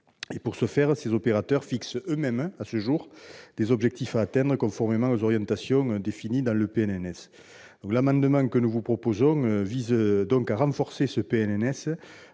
Pour ce faire, ces opérateurs fixent eux-mêmes, à ce jour, des objectifs à atteindre, conformément aux orientations définies dans le PNNS. L'amendement que nous vous proposons vise à renforcer ce